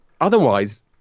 Otherwise